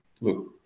Look